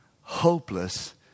hopeless